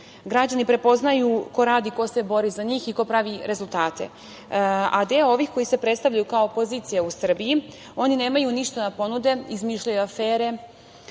Građani prepoznaju ko radi, ko se bori za njih i ko pravi rezultate, a deo ovih koji se predstavljaju kao opozicija u Srbiji, oni nemaju ništa da ponude, izmišljaju afere,